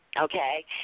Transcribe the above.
okay